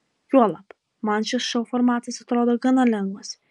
juolab man šis šou formatas atrodo gana lengvas